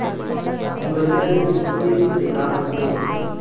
Urea के छींचे से का होथे?